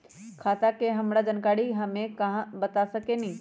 खाता के सारा जानकारी हमे बता सकेनी?